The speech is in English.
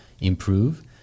improve